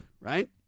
right